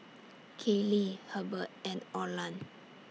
Kayli Hebert and Olan